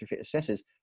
assessors